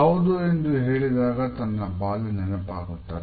ಹೌದು ಎಂದು ಹೇಳಿದಾಗ ತನ್ನ ಬಾಲ್ಯ ನೆನಪಾಗುತ್ತದೆ